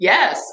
Yes